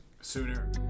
Sooner